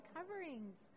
Coverings